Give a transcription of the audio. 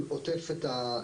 בפשיעה?